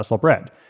Bread